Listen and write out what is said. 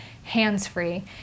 hands-free